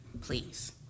please